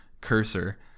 cursor